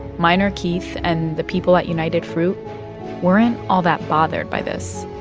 minor keith and the people at united fruit weren't all that bothered by this